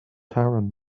taran